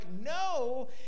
no